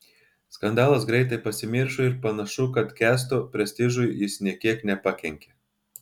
skandalas greitai pasimiršo ir panašu kad kęsto prestižui jis nė kiek nepakenkė